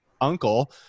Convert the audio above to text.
uncle